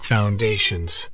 Foundations